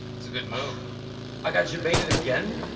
it's a good move i got you baited again